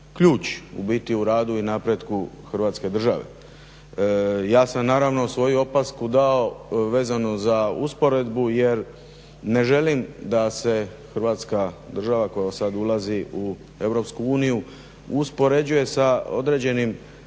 u biti u radu i napretku Hrvatske države. Ja sam naravno svoju opasku dao vezano za usporedbu jer ne želim da se Hrvatska država koja sada ulazi u Europsku uniju uspoređuje sa određenim